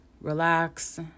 relax